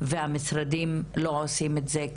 והמשרדים לא עושים את זה כפי,